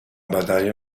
batalla